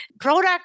Product